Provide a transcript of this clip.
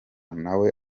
nawe